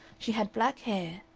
she had black hair,